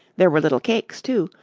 there were little cakes, too,